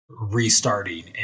Restarting